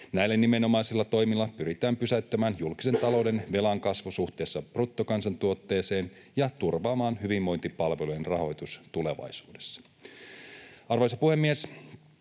Näillä nimenomaisilla toimilla pyritään pysäyttämään julkisen talouden velan kasvu suhteessa bruttokansantuotteeseen ja turvaamaan hyvinvointipalvelujen rahoitus tulevaisuudessa. Arvoisa puhemies!